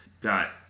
Got